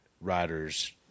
riders